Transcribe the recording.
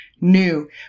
new